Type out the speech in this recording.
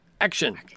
Action